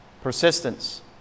Persistence